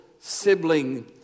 sibling